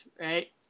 right